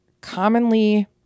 commonly